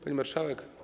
Pani Marszałek!